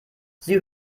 sie